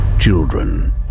Children